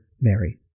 Mary